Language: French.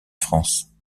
france